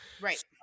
right